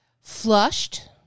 flushed